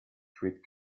treat